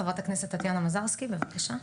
חברת הכנסת טטיאנה מזרסקי, בבקשה.